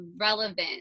relevant